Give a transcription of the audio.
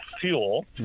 fuel